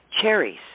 Cherries